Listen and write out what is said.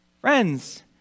Friends